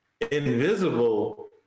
invisible